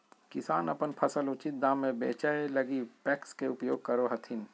किसान अपन फसल उचित दाम में बेचै लगी पेक्स के उपयोग करो हथिन